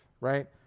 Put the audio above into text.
right